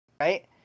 Right